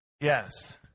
Yes